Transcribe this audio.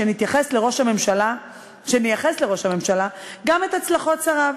שנייחס לראש הממשלה גם את הצלחות שריו.